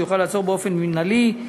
שיוכל לעצור באופן מינהלי,